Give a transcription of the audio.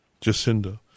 Jacinda